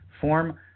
form